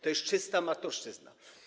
To jest czysta amatorszczyzna.